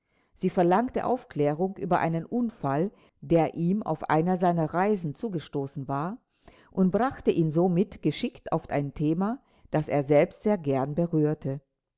sie verlangte aufklärung über einen unfall der ihm auf einer seiner reisen zugestoßen war und brachte ihn somit geschickt auf ein thema das er selbst sehr gern berührte